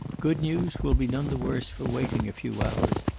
good news will be none the worse for waiting a few hours.